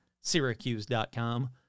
Syracuse.com